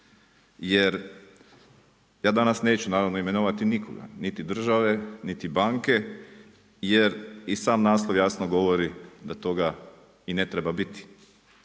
Jer ja danas neću naravno imenovati nikoga niti države, niti banke jer i sam zakon jasno govori da toga i ne treba biti.